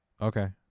Okay